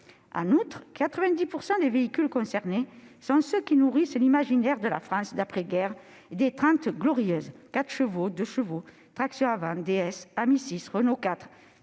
En outre, 90 % des véhicules concernés sont ceux qui nourrissent l'imaginaire de la France d'après-guerre, celle des Trente Glorieuses : 4 CV, 2 CV, traction avant, DS, Ami 6, Renault 4,